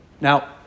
Now